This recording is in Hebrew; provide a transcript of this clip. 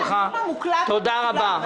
הוותמ"ל של טירה,